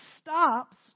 stops